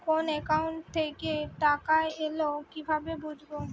কোন একাউন্ট থেকে টাকা এল কিভাবে বুঝব?